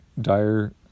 dire